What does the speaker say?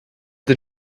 did